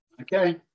okay